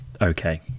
okay